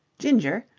ginger,